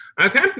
Okay